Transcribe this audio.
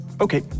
Okay